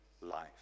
life